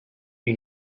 you